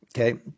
Okay